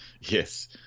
Yes